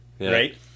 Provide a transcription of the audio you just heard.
right